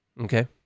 okay